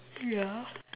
ya